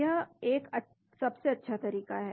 यह एक सबसे अच्छा तरीका है